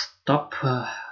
Stop